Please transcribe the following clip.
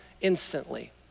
instantly